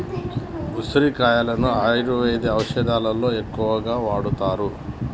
ఉసిరికాయలను ఆయుర్వేద ఔషదాలలో ఎక్కువగా వాడుతారు